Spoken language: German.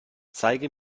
zeige